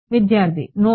విద్యార్థి నోడ్